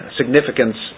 significance